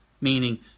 meaning